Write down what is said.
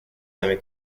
нами